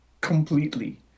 completely